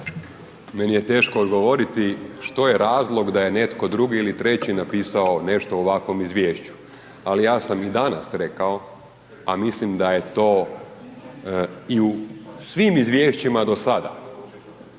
Meni je teško odgovoriti što je razlog da je netko drugi ili treći napisao nešto o ovakvom izvješću, ali ja sam i danas rekao, a mislim da je to i u svim izvješćima do sada.